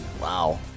wow